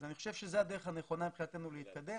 אני חושב שזו הדרך הנכונה מבחינתנו להתקדם,